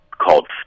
Called